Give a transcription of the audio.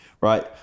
right